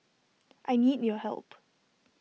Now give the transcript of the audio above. I need your help